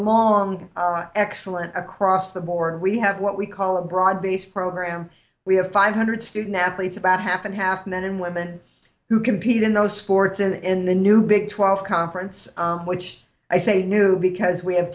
long excellent across the board we have what we call a broad based program we have five hundred student athletes about half and half men and women who compete in those sports and in the new big twelve conference which i say new because we have